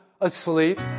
asleep